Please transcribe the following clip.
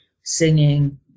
singing